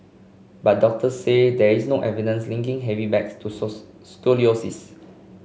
but doctor say there is no evidence linking heavy bags to scoliosis